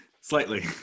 slightly